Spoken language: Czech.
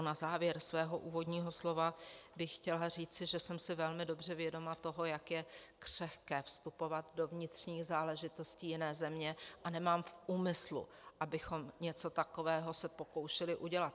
Na závěr svého úvodního slova bych chtěla říci, že jsem si velmi dobře vědoma toho, jak křehké je vstupovat do vnitřních záležitostí jiné země, a nemám v úmyslu, abychom se něco takového pokoušeli udělat.